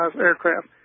aircraft